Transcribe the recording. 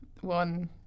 One